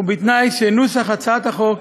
בתנאי שנוסח הצעת החוק